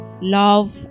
Love